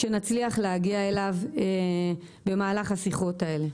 שנצליח להגיע אליו במהלך השיחות האלה.